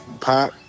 pop